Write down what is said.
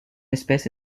espèce